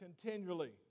continually